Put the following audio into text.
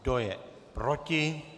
Kdo je proti?